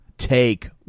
take